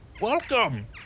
Welcome